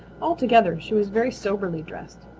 altogether she was very soberly dressed,